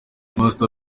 master